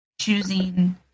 choosing